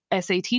SAT